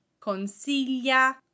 consiglia